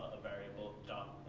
a variable dot